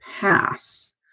pass